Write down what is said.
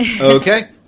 Okay